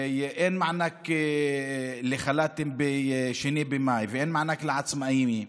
אין מענק לחל"ת ב-2 במאי, ואין מענק לעצמאים.